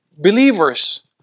believers